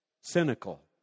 cynical